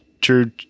true